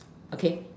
okay